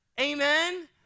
Amen